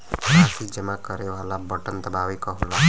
राशी जमा करे वाला बटन दबावे क होला